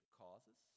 causes